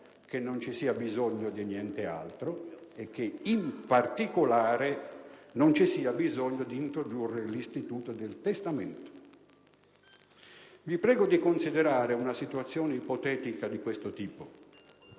che non ci sia bisogno di nient'altro. In particolare ritengo che non ci sia bisogno di introdurre l'istituto del testamento. Vi prego di considerare una situazione ipotetica di questo tipo,